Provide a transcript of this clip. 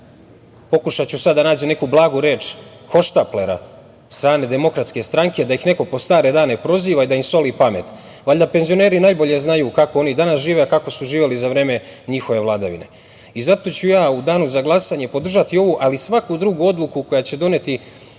pokušaću sada da nađem neku blagu reč, hohštaplera, od strane Demokratske stranke, da ih neko pod stare dane proziva i da im soli pamet. Valjda penzioneri najbolje znaju kako oni danas žive, a kako su živeli za vreme njihove vladavine. Zato ću ja u danu za glasanje podržati ovu, ali i svaku drugu odluku koja će doneti